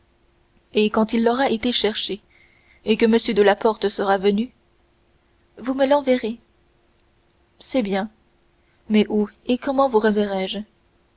et quand il l'aura été chercher et que m de la porte sera venu vous me l'enverrez c'est bien mais où et comment vous reverrai-je